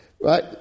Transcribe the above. Right